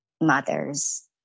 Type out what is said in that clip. mothers